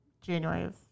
January